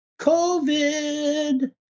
COVID